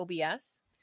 OBS